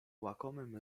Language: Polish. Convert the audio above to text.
łakomym